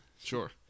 Sure